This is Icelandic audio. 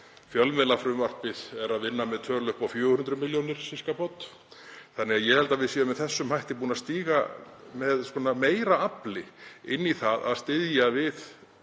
fjölmiðlafrumvarpið er að vinna með tölu upp á 400 millj. kr., um það bil. Ég held að við séum með þessum hætti búnir að stíga með meira afli inn í það að styðja við